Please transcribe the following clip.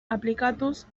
aplikatuz